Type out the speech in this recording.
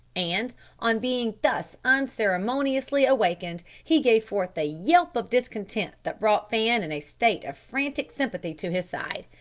and on being thus unceremoniously awakened, he gave forth a yelp of discontent that brought fan in a state of frantic sympathy to his side.